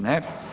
Ne.